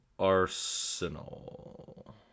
Arsenal